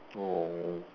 oh